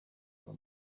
baba